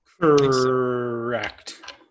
Correct